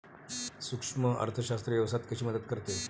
सूक्ष्म अर्थशास्त्र व्यवसायात कशी मदत करते?